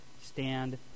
stand